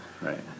right